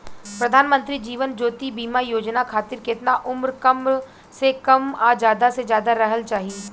प्रधानमंत्री जीवन ज्योती बीमा योजना खातिर केतना उम्र कम से कम आ ज्यादा से ज्यादा रहल चाहि?